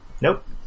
Nope